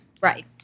Right